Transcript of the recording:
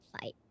Fight